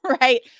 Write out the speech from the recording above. right